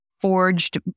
forged